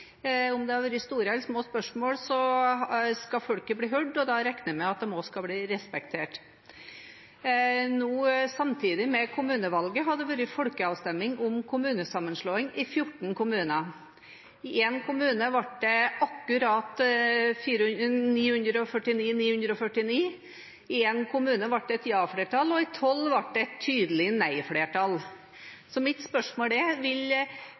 Om det har vært store eller små spørsmål, så skal folket bli hørt, og da regner jeg med at de også skal bli respektert. Nå, samtidig med kommunevalget, har det vært folkeavstemning om kommunesammenslåing i 14 kommuner. I én kommune ble det akkurat 949–949. I én kommune ble det et ja-flertall, og i 12 kommuner ble det et tydelig nei-flertall. Så mitt spørsmål er: